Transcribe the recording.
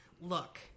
Look